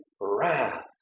wrath